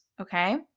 Okay